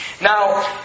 Now